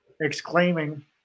exclaiming